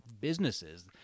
businesses